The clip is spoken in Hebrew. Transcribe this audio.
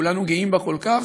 שכולנו גאים בה כל כך,